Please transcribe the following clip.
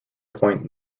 point